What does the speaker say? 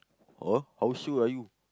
oh how sure are you